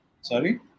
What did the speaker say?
Sorry